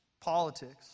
Politics